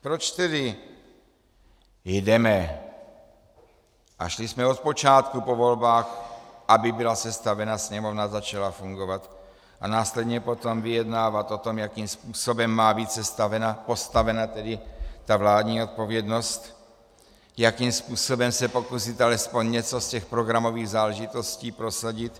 Proč tedy jdeme a šli jsme od počátku po volbách, aby byla sestavena Sněmovna a začala fungovat a následně potom vyjednávat o tom, jakým způsobem má být sestavena, postavena tedy ta vládní odpovědnost, jakým způsobem se pokusit alespoň něco z těch programových záležitostí prosadit?